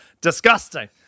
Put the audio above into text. disgusting